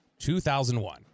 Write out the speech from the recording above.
2001